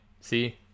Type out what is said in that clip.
See